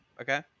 Okay